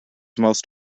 most